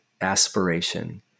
aspiration